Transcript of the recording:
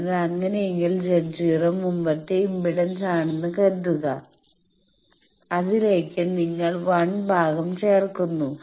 അതിനാൽ അങ്ങനെയെങ്കിൽ Z0 മുമ്പത്തെ ഇംപെഡൻസ് ആണെന്ന് കരുതുക അതിലേക്ക് നിങ്ങൾ 1 ഭാഗം ചേർക്കുന്നു